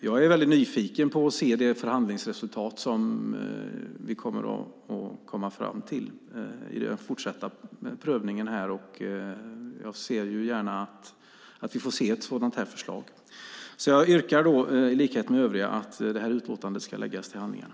Jag är väldigt nyfiken på att se det förhandlingsresultat som vi kommer fram till i den fortsatta prövningen, och jag ser gärna att vi får se ett sådant här förslag. Jag yrkar i likhet med övriga att utlåtandet ska läggas till handlingarna.